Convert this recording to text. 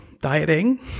dieting